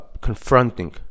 confronting